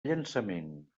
llançament